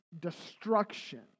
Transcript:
Destruction